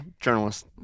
journalist